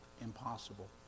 impossible